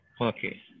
Okay